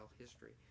history